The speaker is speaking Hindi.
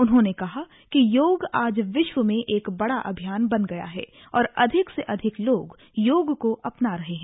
उन्होंने कहा कि योग आज विश्व में एक बड़ा अभियान बन गया है और अधिक से अधिक लोग योग को अपना रहे हैं